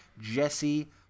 Jesse